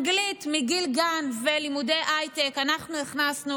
אנגלית מגיל גן ולימודי הייטק אנחנו הכנסנו,